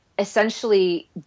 essentially